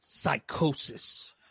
psychosis